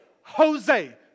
Jose